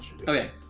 Okay